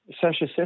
Sasha